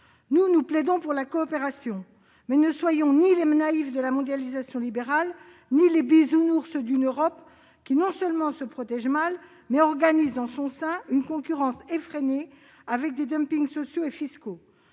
part, nous plaidons pour la coopération. Mais ne soyons ni les naïfs de la mondialisation libérale ni les Bisounours d'une Europe qui, non seulement se protège mal, mais organise en son sein une concurrence effrénée avec des dumpings sociaux et fiscaux.